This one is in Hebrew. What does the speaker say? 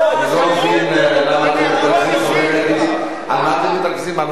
אני לא מבין למה אתם מתרגזים על השר.